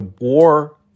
war